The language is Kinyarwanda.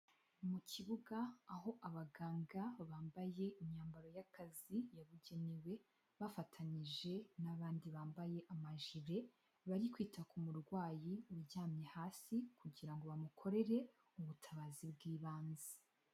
Mu kibuga aho abaganga bambaye imyambaro y'akazi yabugenewe bafatanyije n'abandi bambaye amajire, bari kwita ku murwayi uryamye hasi kugira ngo bamukorere ubutabazi bw'ibanze.